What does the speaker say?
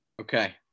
Okay